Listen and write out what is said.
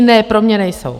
Ne, pro mě nejsou.